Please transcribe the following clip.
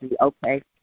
Okay